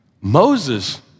Moses